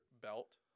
belt